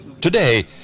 Today